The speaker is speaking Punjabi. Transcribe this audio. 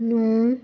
ਨੂੰ